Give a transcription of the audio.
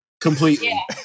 Completely